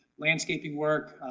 landscaping work,